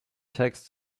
text